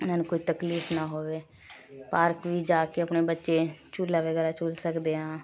ਉਨ੍ਹਾਂ ਨੂੰ ਕੋਈ ਤਕਲੀਫ਼ ਨਾ ਹੋਵੇ ਪਾਰਕ ਵੀ ਜਾ ਕੇ ਆਪਣੇ ਬੱਚੇ ਝੂਲਾ ਵਗੈਰਾ ਝੂਲ ਸਕਦੇ ਹਾਂ